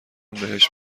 بهش